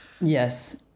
Yes